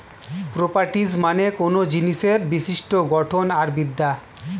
properties মানে কোনো জিনিসের বিশিষ্ট গঠন আর বিদ্যা